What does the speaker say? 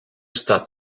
staat